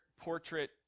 portrait